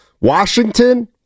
Washington